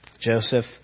Joseph